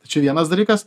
tai čia vienas dalykas